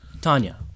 Tanya